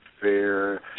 fair